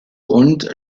und